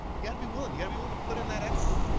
you gotta be willing. you gotta be willing to put in that effort.